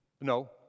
no